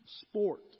Sport